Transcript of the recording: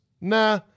Nah